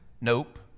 Nope